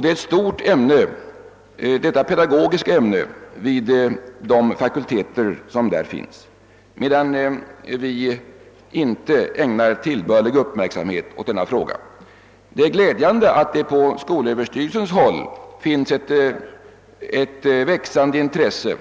Detta pedagogiska ämne är ett stort ämne vid de fakulteter som där finns, medan vi inte ägnar tillbörlig uppmärksamhet åt denna fråga. Det är glädjande att det såvitt jag förstår inom skolöverstyrelsen finns ett växande intresse